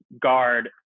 guard